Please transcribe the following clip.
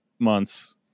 months